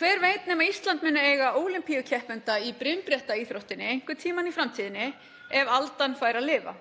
Hver veit nema Ísland muni eiga ólympíukeppenda í brimbrettaíþróttinni einhvern tímann í framtíðinni ef aldan fær að lifa,